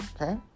okay